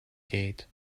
gate